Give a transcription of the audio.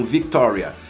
Victoria